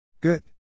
Good